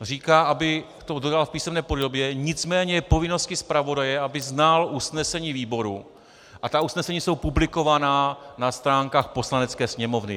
Říká, abych to dodal v písemné podobě, nicméně je povinností zpravodaje, aby znal usnesení výboru, a ta usnesení jsou publikovaná na stránkách Poslanecké sněmovny.